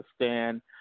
understand